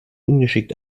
ungeschickt